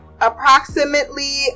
approximately